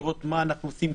לראות מה אנחנו עושים,